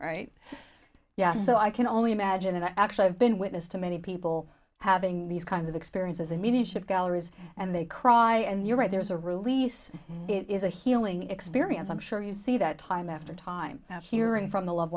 write yeah so i can only imagine and i actually have been witness to many people having these kinds of experiences i mean it should galleries and they cry and you're right there's a release it is a healing experience i'm sure you see that time after time after hearing from the loved